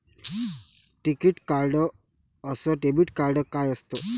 टिकीत कार्ड अस debit card काय असत?